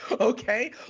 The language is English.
okay